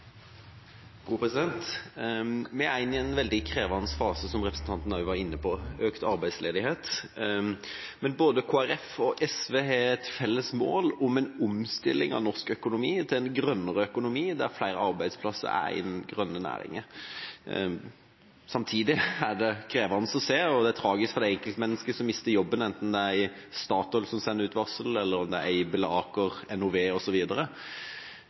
inne i en veldig krevende fase, som representanten også var inne på, med økt arbeidsledighet. Men både Kristelig Folkeparti og Sosialistisk Venstreparti har et felles mål om en omstilling av norsk økonomi til en grønnere økonomi der flere arbeidsplasser er i den grønne næringa. Samtidig er det tragisk for de enkeltmenneskene som mister jobben, enten det er i Statoil, Aibel, Aker eller NOV osv., og det er